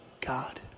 God